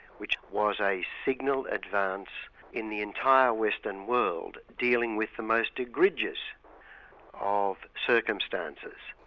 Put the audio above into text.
which was a signal advance in the entire western world dealing with the most egregious of circumstances.